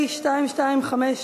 22 בעד, 36 חברי כנסת נגד.